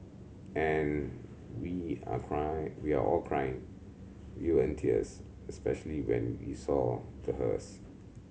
and we are cry we are all crying we were in tears especially when we saw the hearse